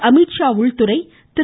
அமித்ஷா உள்துறை திரு